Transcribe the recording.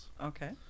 Okay